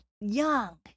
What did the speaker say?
Young